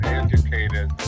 educated